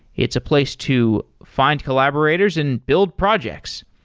it's a place to find collaborators and build projects.